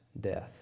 death